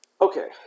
Okay